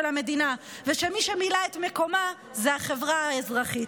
המדינה ושמי שמילא את מקומה זו החברה האזרחית.